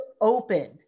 Open